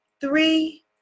three